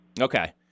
Okay